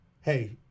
Hey